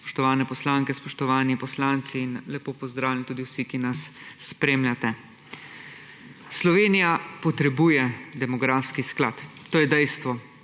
spoštovane poslanke, spoštovani poslanci in lepo pozdravljeni tudi vsi, ki nas spremljate! Slovenija potrebuje demografski sklad. To je dejstvo.